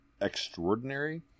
extraordinary